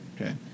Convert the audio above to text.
Okay